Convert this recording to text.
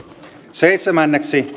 seitsemän